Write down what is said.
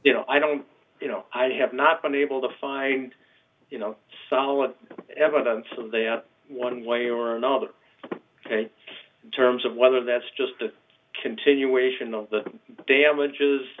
you know i don't you know i have not been able to find you know solid evidence one way or another in terms of whether that's just a continuation of the damages